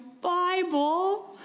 Bible